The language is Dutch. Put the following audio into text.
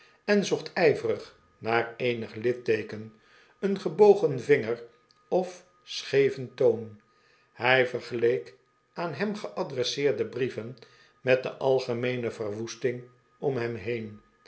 en zocht ijverig naar eenig litteeken een gebogen vinger of scheven toon hij vergeleek aan hem geadresseerde brieven met de algemeene verwoesting om hem heen